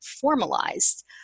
formalized